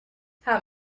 how